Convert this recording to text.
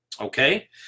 okay